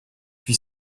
wie